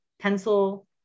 pencil